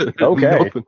okay